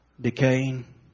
decaying